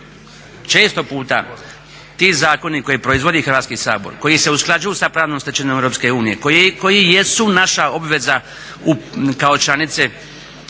često puta ti zakoni koje proizvodi Hrvatski sabor, koji se usklađuju sa pravnom stečevinom EU, koji jesu naša obveza kao članice